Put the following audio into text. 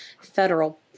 federal